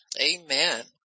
Amen